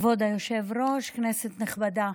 כבוד היושב-ראש, כנסת נכבדה,